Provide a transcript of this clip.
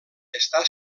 està